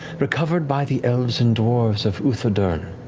recovered by the elves and dwarves of uthodurn,